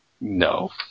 no